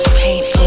paint